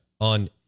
on